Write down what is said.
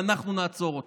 ואנחנו נעצור אותה.